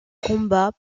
combat